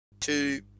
two